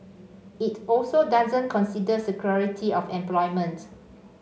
it also doesn't consider security of employment